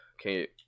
okay